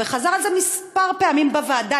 וחזר על זה כמה פעמים בוועדה,